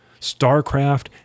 Starcraft